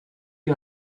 ihr